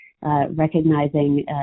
recognizing